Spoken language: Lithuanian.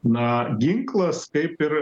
na ginklas kaip ir